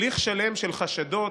הליך שלם של חשדות,